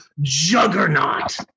juggernaut